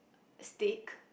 steak